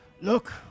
Look